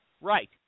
Right